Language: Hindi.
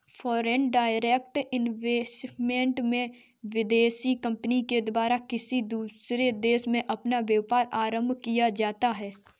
फॉरेन डायरेक्ट इन्वेस्टमेंट में विदेशी कंपनी के द्वारा किसी दूसरे देश में अपना व्यापार आरंभ किया जाता है